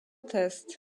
test